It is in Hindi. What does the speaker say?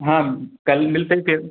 हाँ कल मिलते हैं फिर